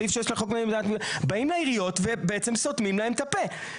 סעיף 6 לחוק למניעת מפקדים באים לעיריות וסותמים להן את הפה.